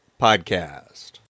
Podcast